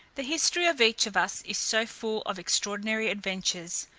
the history of each of us is so full of extraordinary adventures,